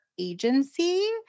agency